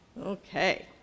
Okay